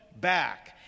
back